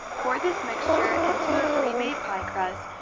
pour this mixture into a pre-made pie crust,